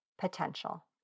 potential